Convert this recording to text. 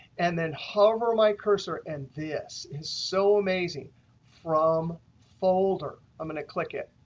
and then hover my cursor and this is so amazing from folder. i'm going click it.